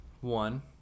one